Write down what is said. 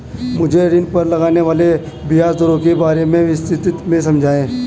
मुझे ऋण पर लगने वाली ब्याज दरों के बारे में विस्तार से समझाएं